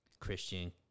Christian